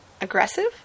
aggressive